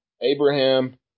Abraham